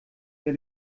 der